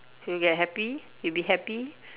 you get happy you will be happy